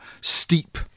steep